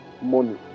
money